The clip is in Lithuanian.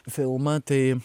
filmą tai